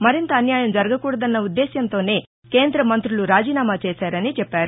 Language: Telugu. మరింత అన్యాయం జరగకూడదన్న ఉద్దేశ్యంతోనే కేంద్ర మంతులు రాజీనామా చేశారని చెప్పారు